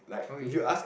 oh really